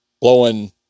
blowing